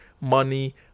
money